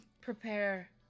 Prepare